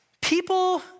People